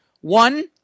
one